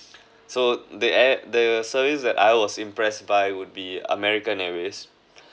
so the air~ the service that I was impressed by would be american airways